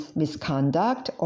misconduct